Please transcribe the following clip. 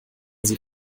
sie